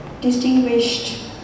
distinguished